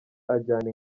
ajyana